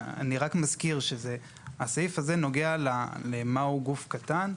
אני רק מזכיר שהסעיף הזה נוגע להגדרה של גוף קטן.